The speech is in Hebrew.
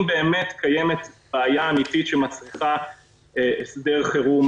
באמת קיימת בעיה אמיתית שמצריכה הסדר חירום